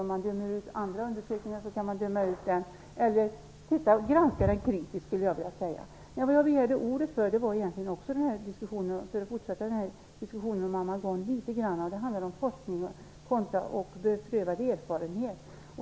Om man dömer ut andra undersökningar kan man också döma ut den eller granska den kritiskt. Anledningen till att jag begärde ordet var för att jag ville fortsätta diskussionen om amalgam. Det handlar om forskning och beprövad erfarenhet.